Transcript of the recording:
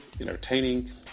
entertaining